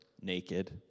naked